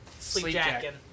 sleepjacking